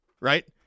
right